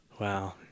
Wow